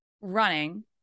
running